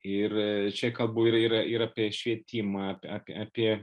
ir čia kalbu ir ir ir apie švietimą apie apie